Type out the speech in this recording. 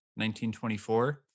1924